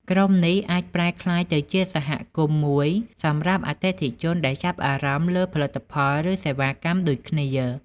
ក្រុមនេះអាចប្រែក្លាយទៅជាសហគមន៍មួយសម្រាប់អតិថិជនដែលចាប់អារម្មណ៍លើផលិតផល ឬសេវាកម្មដូចគ្នា